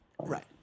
Right